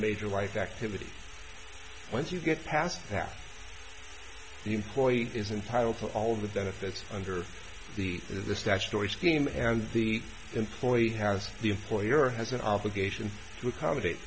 major life activity once you get past that the employee is entitle to all of the benefits under the of the statutory scheme and the employee has the employer has an obligation to accommodate